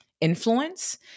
influence